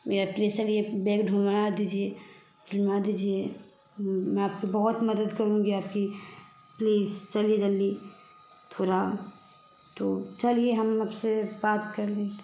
मैं अपनी से ही बैग ढूँढवा दीजिए ढूँढवा दीजिए मैं आपकी बहुत मदद करूँगी आपकी प्लीज चलिए जल्दी थोड़ा तो चलिए हम आप से बात कर लेंगे